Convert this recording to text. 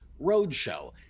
Roadshow